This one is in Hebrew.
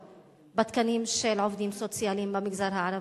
בתקנים של עובדים סוציאליים במגזר הערבי,